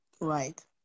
Right